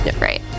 Right